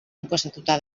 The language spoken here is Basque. inposatuta